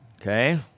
Okay